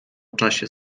czasie